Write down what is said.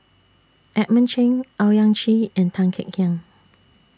Edmund Cheng Owyang Chi and Tan Kek Hiang